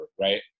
Right